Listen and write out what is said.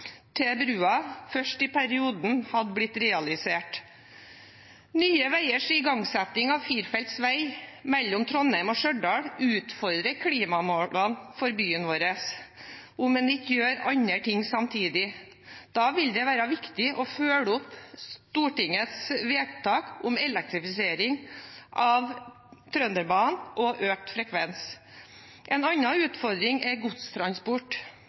til brua først i perioden hadde blitt realisert. Nye Veiers igangsetting av firefeltsvei mellom Trondheim og Stjørdal utfordrer klimamålene for byen vår om en ikke gjør andre ting samtidig. Da vil det være viktig å følge opp Stortingets vedtak om elektrifisering av Trønderbanen og økt frekvens. En annen utfordring er godstransport